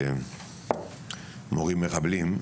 מורים מחבלים.